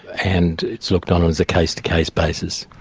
and it's looked on on as a case to case basis.